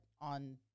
on